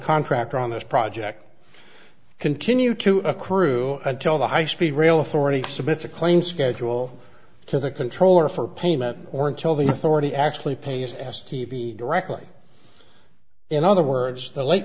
contractor on this project continue to accrue until the high speed rail authority submit a claim schedule to the controller for payment or until the authority actually pays s t b directly in other words the la